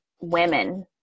women